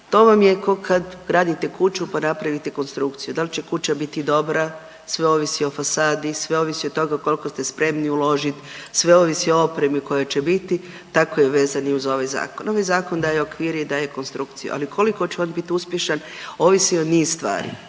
To vam je ko kad radite kuću, pa napravite konstrukciju. Da li će kuća biti dobra sve ovisi o fasadi, sve ovisi od toga koliko ste spremni uložiti, sve ovisi o opremi koja će biti tako je vezan i uz ovaj zakon. Ovaj zakon daje okvir i daje konstrukciju, ali koliko će on biti uspješan ovisi o niz stvari.